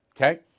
Okay